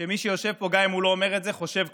שמי שיושב פה, גם אם הוא לא אומר את זה, חושב כך.